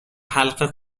حلقه